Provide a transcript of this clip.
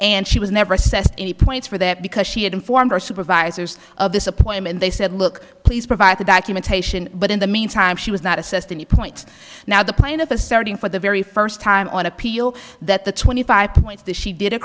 and she was never assessed any points for that because she had informed her supervisors of this appointment they said look please provide the documentation but in the meantime she was not assessed any points now the plaintiff is starting for the very first time on appeal that the twenty five points that she did a